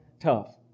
tough